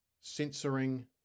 censoring